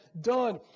done